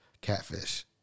catfish